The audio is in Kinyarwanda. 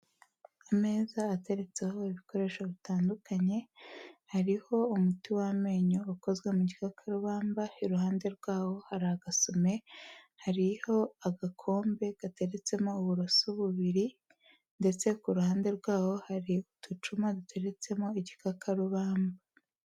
Ameza ateretseho ibikoresho bitandukanye, hariho umuti w'amenyo, ukozwe mu gikakarubamba, iruhande rwawo hari agasume, hariho agakombe gateretsemo uburoso bubiri, ndetse ku ruhande rwaho hari uducuma, duteretsemo igikakarubamba.